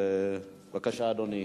בבקשה, אדוני.